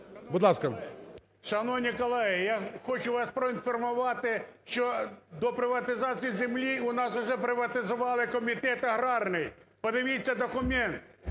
В.І. Шановні колеги, я хочу вас проінформувати, що до приватизації землі у нас уже приватизували комітет аграрний. Подивіться документ.